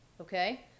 Okay